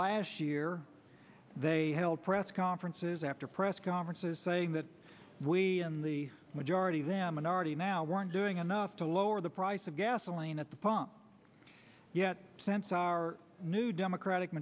last year they held press conferences after press conferences saying that we in the majority of them and already now weren't doing enough to lower the price of gasoline at the pump yet since our new democratic